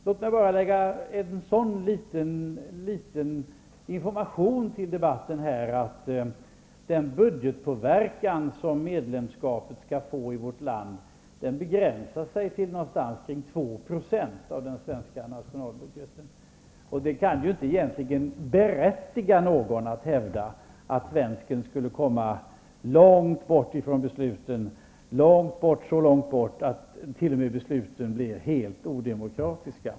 Låt mig som en liten information i debatten säga att den budgetpåverkan som medlemskapet skall innebära för vårt land begränsar sig till ca 2 % av den svenska nationalbudgeten. Det kan egentligen inte berättiga någon att hävda att svensken skulle komma så långt från besluten att dessa t.o.m. blir helt odemokratiska.